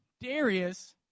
Darius